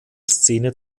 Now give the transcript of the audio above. szene